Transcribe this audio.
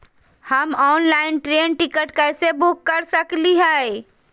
हम online train ticket कैसे book कर सकली हई?